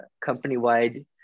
company-wide